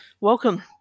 Welcome